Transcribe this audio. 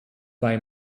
buy